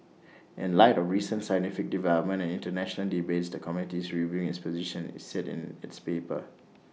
in light of recent scientific developments and International debates the committee is reviewing its position IT said in its paper